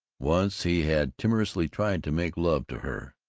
once he had timorously tried to make love to her.